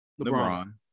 LeBron